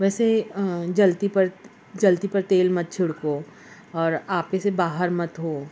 ویسے جلتی پر جلتی پر تیل مت چھڑکو اور آپے سے باہر مت ہوؤ